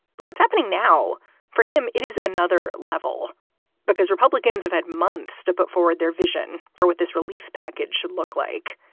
but what's happening now for him, it is another level because republicans have had months to put forward their vision for what this relief package should look like.